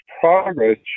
progress